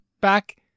back